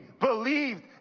believed